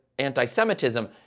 anti-Semitism